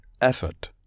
Effort